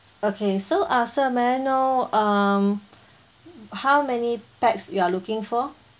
okay so uh sir may I know um how many pax you are looking for